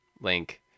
Link